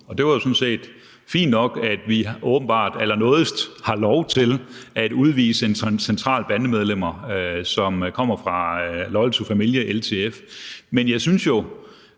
og det er sådan set fint nok, at vi åbenbart allernådigst har lov til at udvise centrale bandemedlemmer, som kommer fra Loyal To Familia, LTF. Men jeg synes,